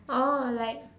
oh like